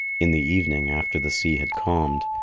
in the evening, after the sea had calmed,